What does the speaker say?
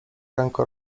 ręką